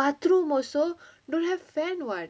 bathroom also don't have fan [what]